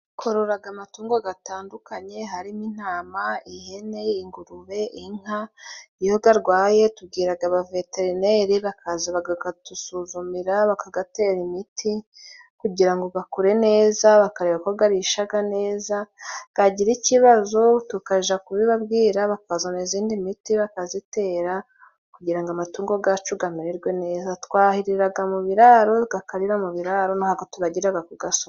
Twororaga amatungo atandukanye, harimo intama, ihene, ingurube, inka. Iyo arwaye tubwira baveterineri bakaza bakayadusuzumira, bakayatera imiti kugira ngo akire neza bakareba ko arisha neza, yagira ikibazo tukajya kubibabwira bakazana iyindi miti bakazitera kugira amatungo yacu amererwe neza . Twahirira mu biraro, akarira mu biraro, ntabwo turagira ku gasozi.